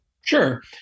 Sure